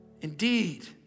Indeed